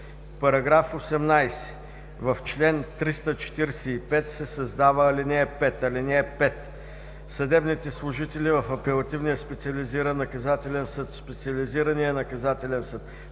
§ 18: „§ 18. В чл. 345 се създава ал. 5: „(5) Съдебните служители в апелативния специализиран наказателен съд, в специализирания наказателен съд,